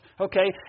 okay